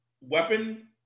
weapon